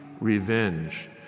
revenge